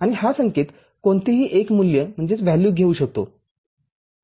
आणि हा संकेत कोणतेही एक मूल्य घेऊ शकतो